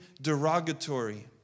derogatory